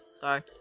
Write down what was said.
Sorry